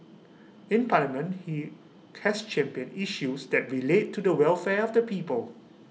in parliament he has championed issues that relate to the welfare of the people